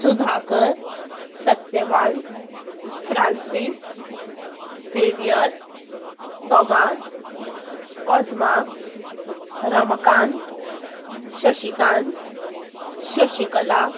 Sudhakar Satyavan Francis Xavier Tomas Cosma Ramkant Shashikant Shashikala